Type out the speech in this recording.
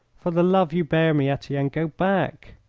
for the love you bear me, etienne, go back.